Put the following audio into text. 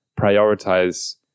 prioritize